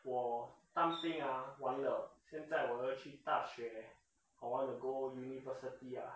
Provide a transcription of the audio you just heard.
我当兵完了现我要去大学 I want to go university ah